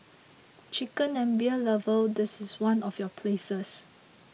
chicken and beer lovers this is one of your places